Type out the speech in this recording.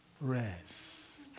rest